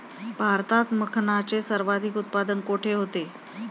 भारतात मखनाचे सर्वाधिक उत्पादन कोठे होते?